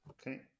Okay